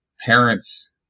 parents